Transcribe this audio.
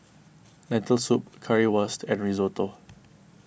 Lentil Soup Currywurst and Risotto